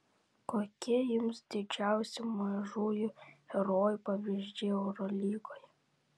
kokie jums didžiausi mažųjų herojų pavyzdžiai eurolygoje